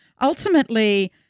ultimately